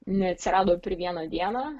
neatsirado per vieną dieną